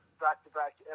back-to-back